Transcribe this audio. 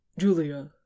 Julia